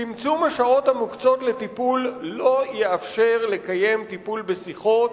צמצום השעות המוקצות לטיפול לא יאפשר לקיים טיפול בשיחות,